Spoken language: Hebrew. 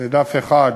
זה דף אחד,